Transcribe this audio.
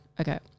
Okay